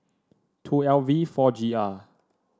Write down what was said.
two L V four G R